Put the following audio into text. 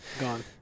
Gone